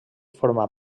forma